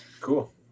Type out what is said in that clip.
cool